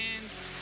hands